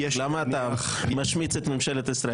למה אתה משמיץ את ממשלת ישראל?